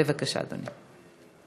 בבקשה, אדוני.